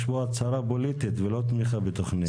יש פה הצהרה פוליטית ולא תמיכה בתכנית.